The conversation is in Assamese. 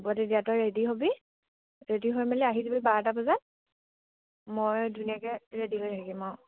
হ'ব তেতিয়া তই ৰেডি হ'বি ৰেডি হৈ মেলি আহি যাবি বাৰটা বজাত মই ধুনীয়াকে ৰেডি হৈ থাকিম অঁ